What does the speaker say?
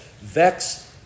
Vex